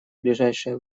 ближайшее